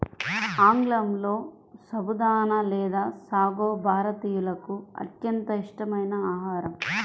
ఆంగ్లంలో సబుదానా లేదా సాగో భారతీయులకు అత్యంత ఇష్టమైన ఆహారం